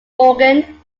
morgan